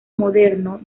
moderno